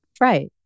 right